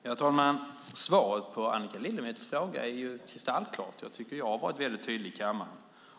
Herr talman! Svaret på Annika Lillemets fråga är kristallklart. Jag tycker att jag har varit tydlig i kammaren.